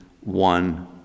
one